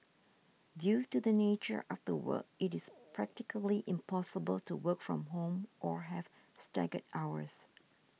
due to the nature of the work it is practically impossible to work from home or have staggered hours